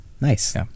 nice